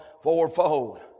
fourfold